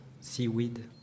seaweed